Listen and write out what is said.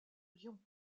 lyon